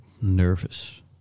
nervous